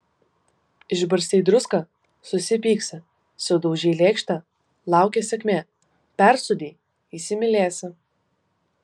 išbarstei druską susipyksi sudaužei lėkštę laukia sėkmė persūdei įsimylėsi